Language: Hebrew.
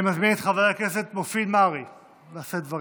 אני מזמין את חבר הכנסת מופיד מרעי לשאת דברים.